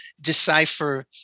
decipher